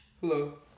Hello